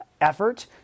effort